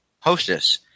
hostess